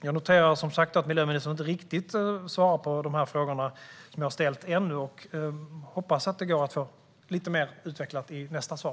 Jag noterar som sagt att miljöministern ännu inte riktigt svarat på frågorna som jag ställt och hoppas att det går att få detta utvecklat lite mer i nästa svar.